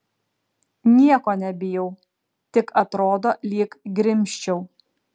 nieko nebijau tik atrodo lyg grimzčiau